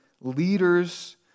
leaders